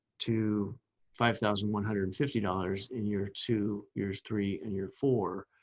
to five thousand one hundred and fifty dollars, in year two years three and year four.